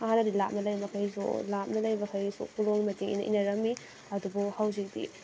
ꯍꯥꯟꯅꯗꯤ ꯂꯥꯞꯅ ꯂꯩꯔꯤ ꯃꯈꯩꯁꯨ ꯂꯥꯞꯅ ꯂꯩꯕ ꯃꯈꯩꯁꯨ ꯀꯣꯂꯣꯝꯅ ꯆꯤꯊꯤ ꯏꯅꯔꯝꯃꯤ ꯑꯗꯨꯕꯨ ꯍꯧꯖꯤꯛꯇꯤ